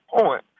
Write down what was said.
point